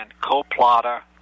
co-plotter